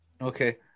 Okay